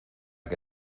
que